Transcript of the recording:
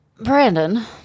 Brandon